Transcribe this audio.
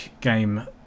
game